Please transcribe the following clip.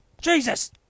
Jesus